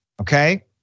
Okay